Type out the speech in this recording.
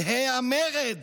יהא המרד